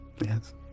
Yes